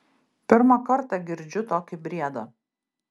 pirmą kartą girdžiu tokį briedą